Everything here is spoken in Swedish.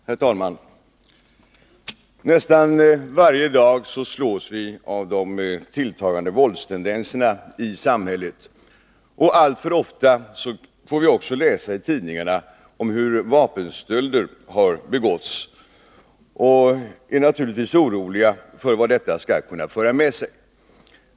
Herr talman! Nästan varje dag slås vi av de tilltagande våldstendenserna i samhället. Alltför ofta får vi också läsa i tidningarna om att vapenstölder har begåtts, och vi är naturligtvis oroliga för vad detta kan föra med sig.